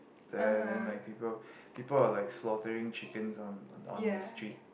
there then like people people are like slaughtering chickens on on the street